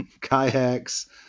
kayaks